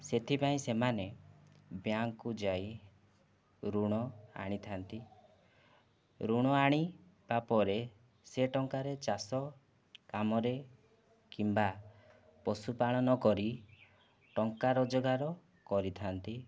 ସେଥିପାଇଁ ସେମାନେ ବ୍ୟାଙ୍କକୁ ଯାଇ ଋଣ ଆଣିଥାଆନ୍ତି ଋଣ ଆଣିବା ପରେ ସେ ଟଙ୍କାରେ ଚାଷ କାମରେ କିମ୍ବା ପଶୁପାଳନ କରି ଟଙ୍କା ରୋଜଗାର କରିଥାଆନ୍ତି